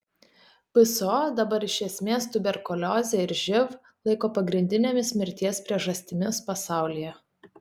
pso dabar iš esmės tuberkuliozę ir živ laiko pagrindinėmis mirties priežastimis pasaulyje